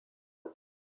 cam